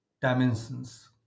dimensions